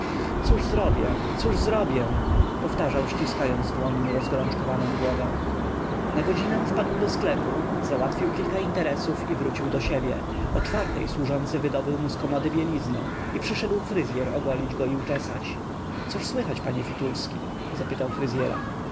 cóż zrobię cóż zrobię powtarzał ściskając dłońmi rozgorączkowaną głowę na godzinę wpadł do sklepu załatwił kilka interesów i wrócił do siebie o czwartej służący wydobył mu z komody bieliznę i przyszedł fryzyer ogolić go i uczesać cóż słychać panie fitulski zapytał fryzyera